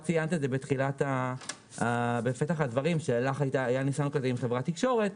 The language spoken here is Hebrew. את ציינת בפתח הדברים שהיה לך ניסיון עם חברת תקשורת,